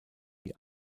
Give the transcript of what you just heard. die